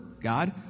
God